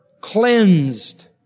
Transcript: cleansed